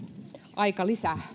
aikalisä